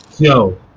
Yo